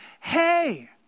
Hey